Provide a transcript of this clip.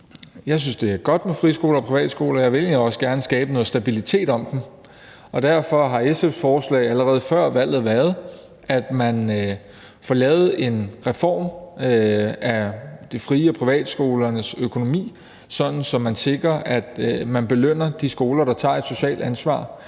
jeg synes, det er godt med friskoler og privatskoler. Jeg vil egentlig også gerne skabe noget stabilitet om dem, og derfor har SF's forslag allerede før valget været, at man får lavet en reform af fri- og privatskolernes økonomi, så man sikrer, at man belønner de skoler, der tager et socialt ansvar,